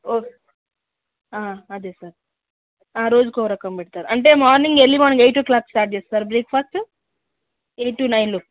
ఓ అదే సార్ రోజుకో రకం పెడతారు అంటే మార్నింగ్ ఎర్లీ మార్నింగ్ ఎయిట్ ఓ క్లాక్కి స్టార్ట్ చేస్తారా బ్రేక్ఫాస్టు ఎయిట్ టు నైన్